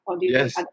Yes